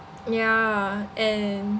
ya and